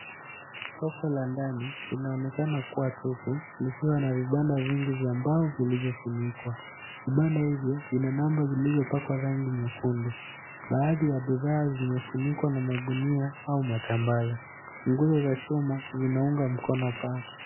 Soko la ndani linaonekana kuwa tupu, likiwa na vibanda vingi vya mbao vilivyofunikwa. Vibanda hivyo vina namba vilivyopakwa rangi nyekundu. Baadhi ya bidhaa zimefunikwa na magunia au matambara. Nguzo za chuma zinaunga mkono paa.